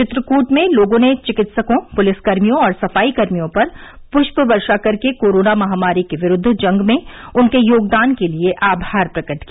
चित्रकूट में लोगों ने चिकित्सकों पुलिसकर्मियों और सफाईकर्मियों पर पृष्प वर्षा करके कोरोना महामारी के विरूद्व जंग में उनके योगदान के लिए आभार प्रकट किया